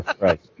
right